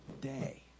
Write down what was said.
day